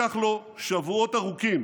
לקח לו שבועות ארוכים